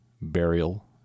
burial